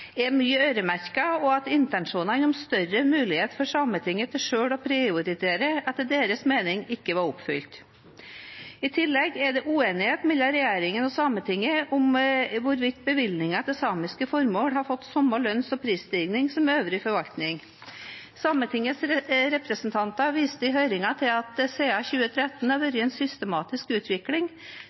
rammeoverføringen er øremerket, og at intensjonene om større mulighet for Sametinget til selv å prioritere etter deres mening ikke var oppfylt. I tillegg er det uenighet mellom regjeringen og Sametinget om hvorvidt bevilgningene til samiske formål har fått samme lønns- og prisstigning som øvrig forvaltning. Sametingets representanter viste i høringen til at det siden 2013 har vært en systematisk utvikling